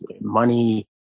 money